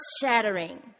shattering